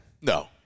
No